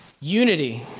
Unity